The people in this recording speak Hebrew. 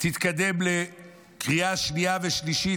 תתקדם לקריאה שנייה ושלישית,